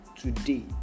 today